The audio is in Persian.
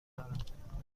دارم